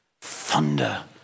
thunder